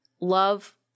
love